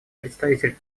представитель